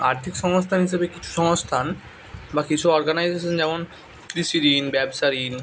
আর্থিক সংস্থান হিসেবে কিছু সংস্থান বা কিছু অর্গানাইজেশন যেমন কৃষি ঋণ ব্যবসা ঋণ